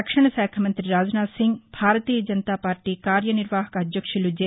రక్షణశాఖ మంత్రి రాజ్నాధ్సింగ్ భారతీయ జనతాపార్లీ కార్యనిర్వాహక అధ్యక్షులు జె